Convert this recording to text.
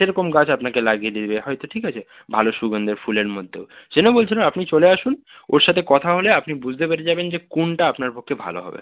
সেরকম গাছ আপনাকে লাগিয়ে দেবে হয়তো ঠিক আছে ভালো সুগন্ধী ফুলের মধ্যেও সেজন্যই বলছিলাম আপনি চলে আসুন ওর সাথে কথা হলে আপনি বুঝদে পেরে যাবেন যে কোনটা আপনার পক্ষে ভালো হবে